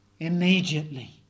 Immediately